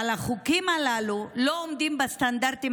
אבל החוקים הללו לא עומדים בסטנדרטים